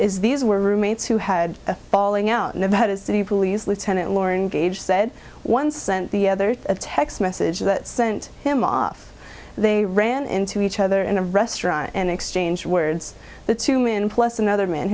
is these were roommates who had a falling out in nevada city police lieutenant lauren gage said one sent the other a text message that sent him off they ran into each other in a restaurant and exchanged words the two min plus another man